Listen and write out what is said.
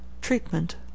Treatment